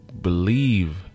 believe